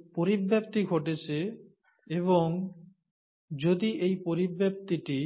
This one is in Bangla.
এই পরিব্যক্তি ঘটেছে এবং যদি এই পরিব্যক্তিটি